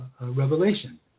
revelation